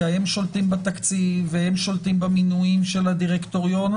כי הם שולטים בתקציב והם שולטים במינויים של הדירקטוריון,